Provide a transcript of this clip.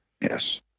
Yes